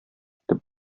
китеп